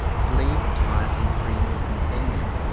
to leave a tiresome friend or companion,